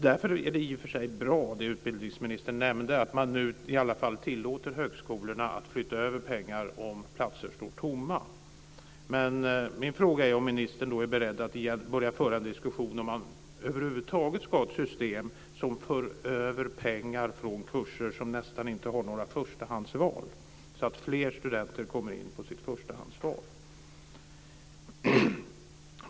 Därför är det i och för sig bra att man nu, som utbildningsministern nämnde, i alla fall tillåter högskolorna att flytta över pengar om platser står tomma. Men min fråga är om ministern är beredd att börja föra en diskussion om huruvida man över huvud taget ska ha ett system som för över pengar från kurser som nästan inte har några förstahandsval så att fler studenter kommer in på sitt förstahandsval.